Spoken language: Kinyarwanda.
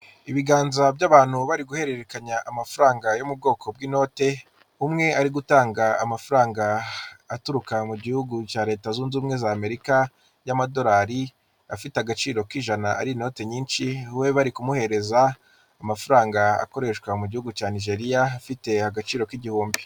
Ibiganza by'abantu bari guhererekanya amafaranga yo mu bwoko bw'inote, umwe ari gutanga amafaranga aturuka mu gihugu cya leta zunze ubumwe za Amerika y'amadolari afite agaciro k'ijana, ari inoti nyinshi, we bari kumuhereza amafaranga akoreshwa mu gihugu cya Nigeriya, afite agaciro k'igihumbi.